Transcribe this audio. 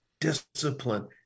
discipline